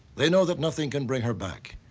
they know that nothing can bring her back,